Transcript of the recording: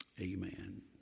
amen